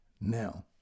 Now